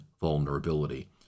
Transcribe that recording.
vulnerability